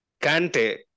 Kante